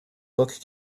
book